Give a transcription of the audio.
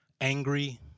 angry